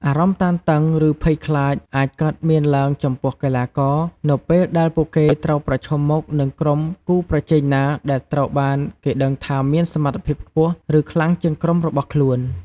អារម្មណ៍តានតឹង ឬភ័យខ្លាចអាចកើតមានឡើងចំពោះកីឡាករ នៅពេលដែលពួកគេត្រូវប្រឈមមុខនឹងក្រុមគូប្រជែងណាដែលត្រូវបានគេដឹងថាមានសមត្ថភាពខ្ពស់ ឬខ្លាំងជាងក្រុមរបស់ខ្លួន។